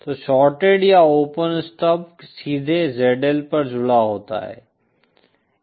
तो शॉर्टेड या open stub सीधे ZL पर जुड़ा होता है